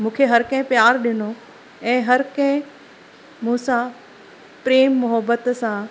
मूंखे हर कंहिं प्यारु ॾिनो ऐं हर कंहिं मूसां प्रेम मोहबत सां